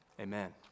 amen